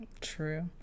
True